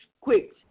quick